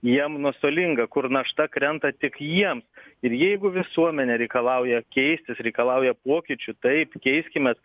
jiem nuostolinga kur našta krenta tik jiem ir jeigu visuomenė reikalauja keistis reikalauja pokyčių taip keiskimės